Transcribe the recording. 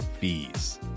fees